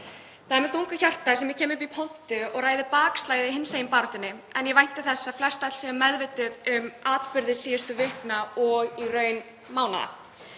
Það er með mjög þungu hjarta sem ég kem upp í pontu og ræði bakslagið í hinsegin baráttunni, en ég vænti þess að flestöll séu meðvituð um atburði síðustu vikna og í raun mánaða.